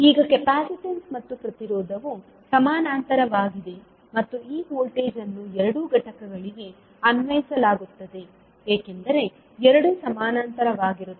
ಈಗ ಕೆಪಾಸಿಟನ್ಸ್ ಮತ್ತು ಪ್ರತಿರೋಧವು ಸಮಾನಾಂತರವಾಗಿದೆ ಮತ್ತು ಈ ವೋಲ್ಟೇಜ್ ಅನ್ನು ಎರಡೂ ಘಟಕಗಳಿಗೆ ಅನ್ವಯಿಸಲಾಗುತ್ತದೆ ಏಕೆಂದರೆ ಎರಡೂ ಸಮಾನಾಂತರವಾಗಿರುತ್ತವೆ